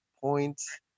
points